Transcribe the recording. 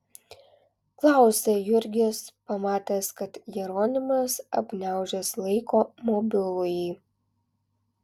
klausia jurgis pamatęs kad jeronimas apgniaužęs laiko mobilųjį